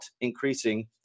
increasing